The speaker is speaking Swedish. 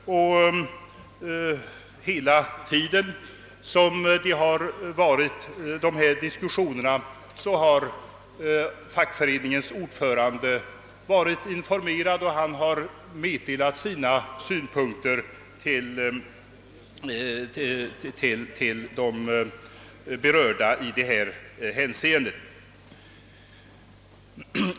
Under den tid då dessa diskussioner har förts har fackföreningens ordförande varit informerad om läget, och han har meddelat sina synpunkter till de i detta hänseende berörda.